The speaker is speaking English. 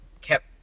kept